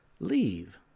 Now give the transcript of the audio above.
leave